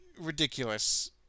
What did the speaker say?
ridiculous